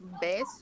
best